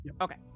Okay